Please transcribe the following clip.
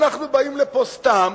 אנחנו באים לפה סתם.